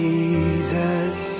Jesus